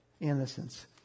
innocence